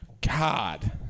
God